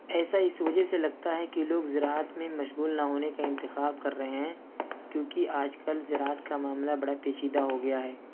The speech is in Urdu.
ایسا اس وجہ سے لگتا ہے کہ لوگ زراعت میں مشغول نہ ہونے کا انتخاب کر رہے ہیں کیونکہ آج کل زراعت کا معاملہ بڑا پیچیدہ ہو گیا ہے